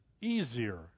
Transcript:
easier